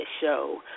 show